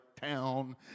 town